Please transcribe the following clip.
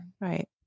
Right